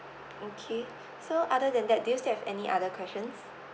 okay so other than that do you still have any other questions